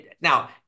Now